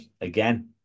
again